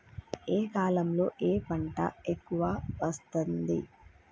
ఏ కాలంలో ఏ పంట ఎక్కువ వస్తోంది?